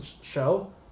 show